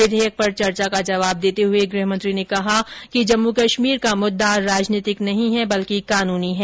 विधेयक पर चर्चा का जवाब देते हुए गृह मंत्री ने कहा कि जम्मू कश्मीर का मुद्दा राजनीतिक नहीं है बल्कि कानूनी है